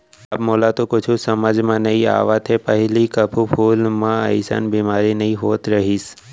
अब मोला तो कुछु समझ म नइ आवत हे, पहिली कभू फूल मन म अइसन बेमारी नइ होत रहिस